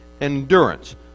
endurance